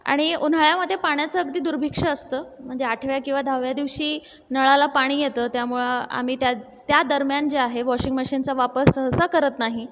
आणि उन्हाळ्यामधे पाण्याचं अगदी दुर्भीक्ष्य असतं म्हणजे आठव्या किंवा दहाव्या दिवशी नळाला पाणी येतं त्यामुळं आम्ही त्या त्या दरम्यान जे आहे वॉशिंग मशीनचा वापर सहसा करत नाही